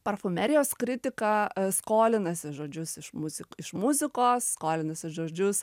parfumerijos kritika e skolinasi žodžius iš muzik iš muzikos skolinasi žodžius